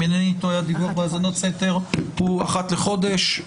אם אינני טועה הדיווח בהאזנות סתר הוא אחת לחודש.